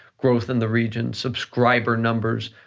growth in the region, subscriber numbers,